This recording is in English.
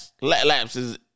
lapses